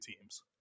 teams